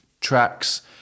tracks